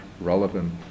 relevant